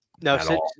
No